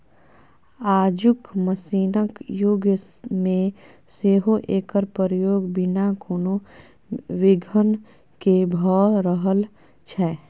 आजुक मशीनक युग मे सेहो एकर प्रयोग बिना कोनो बिघ्न केँ भ रहल छै